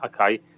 Okay